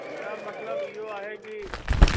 न मतिलबु इहो आहे की